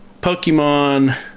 pokemon